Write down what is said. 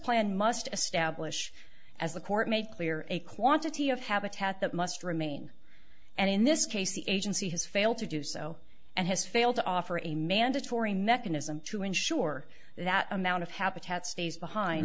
plan must establish as the court made clear a quantity of habitat that must remain and in this case the agency has failed to do so and has failed to offer a mandatory mechanism to ensure that amount of habitat stays behind